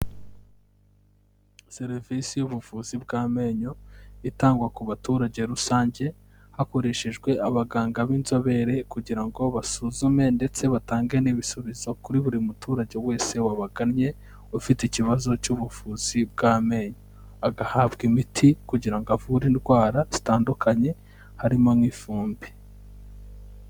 Serivisi y'ubuvuzi bw'amenyo itangwa ku baturage rusange hakoreshejwe abaganga b'inzobere kugira ngo basuzume ndetse batange n'ibisubizo kuri buri muturage wese wagamye ufite ikibazo cy'ubuvuzi bw'amenyo, agahabwa imiti kugira ngo avure indwara zitandukanye harimo nk'ifumbi.